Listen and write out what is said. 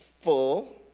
full